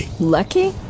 Lucky